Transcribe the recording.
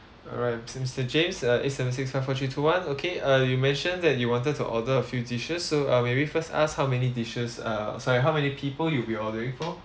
alright mister mister james uh eight seven six five four three two one okay uh you mentioned that you wanted to order a few dishes so uh may we first asked how many dishes uh sorry how many people you'll be ordering for